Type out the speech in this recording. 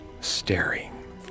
staring